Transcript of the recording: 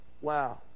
Wow